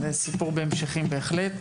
אבל זה סיפור בהמשכים בהחלט.